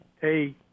hey